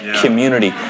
community